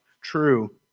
true